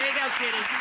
go cutie.